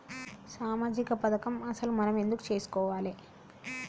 సామాజిక పథకం అసలు మనం ఎందుకు చేస్కోవాలే?